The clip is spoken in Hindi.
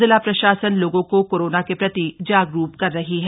जिला प्रशासन लोगों को कोरोना के प्रति जागरूक कर रही है